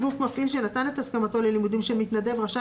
גוף מפעיל שנתן את הסכמתו ללימודים של המתנדב רשאי